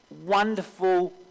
Wonderful